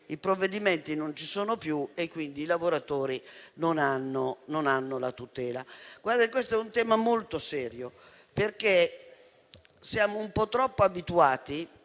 i provvedimenti non ci sono più e quindi i lavoratori non hanno la tutela. Questo è un tema molto serio perché siamo un po' troppo abituati